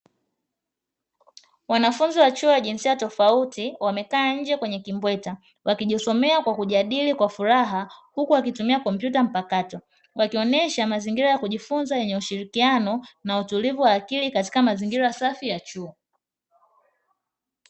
Wanafunzi wa chuo jinsia tofauti, wamekaa nje kwenye kimbweta, wakijisomea kwa kujadili kwa furaha, huku wakitumia kompyuta mpakato, wakionesha mazingira ya kujifunza yenye ushirikiano na utulivu wa akili katika mazingira safi ya chuo.